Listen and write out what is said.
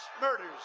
murders